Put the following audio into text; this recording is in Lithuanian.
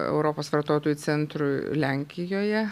europos vartotojų centrui lenkijoje